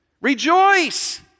rejoice